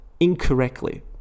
incorrectly